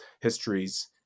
histories